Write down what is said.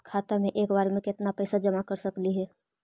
खाता मे एक बार मे केत्ना पैसा जमा कर सकली हे?